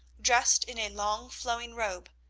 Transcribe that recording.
dressed in a long flowing robe.